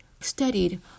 studied